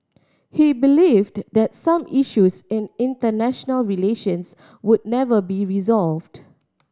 he believed that some issues in international relations would never be resolved